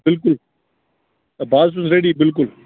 بِلکُل ہَے بہٕ حظ چھُس ریٚڈی بِلکُل